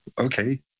Okay